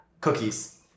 cookies